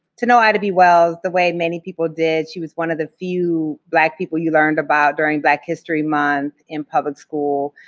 to know ida b. wells the way many people did, she was one of the few black people you learned about during black history month in public school.